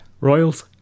Royals